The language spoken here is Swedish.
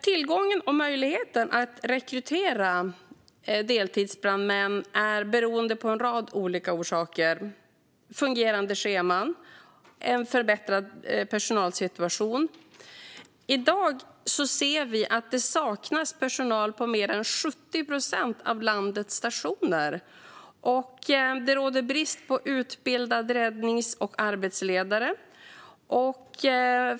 Tillgången till och möjligheten att rekrytera deltidsbrandmän är beroende av en rad olika faktorer. Det har att göra med fungerande scheman och förbättringar av personalsituationen. I dag saknas det personal på mer än 70 procent av landets stationer. Det råder brist på utbildade räddnings och arbetsledare.